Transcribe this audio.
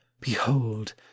Behold